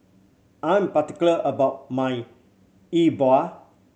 I'm particular about my Yi Bua